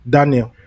Daniel